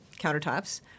countertops